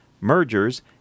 mergers